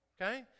Okay